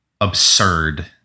absurd